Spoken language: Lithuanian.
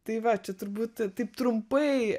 tai va čia turbūt taip trumpai